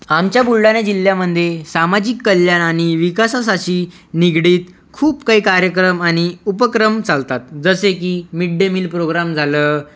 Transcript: आमच्या बुलढाणा जिल्ह्यामध्ये सामाजिक कल्याण आणि विकासासाची निगडित खूप काही कार्यक्रम आणि उपक्रम चालतात जसे की मिड डे मिल प्रोग्राम झालं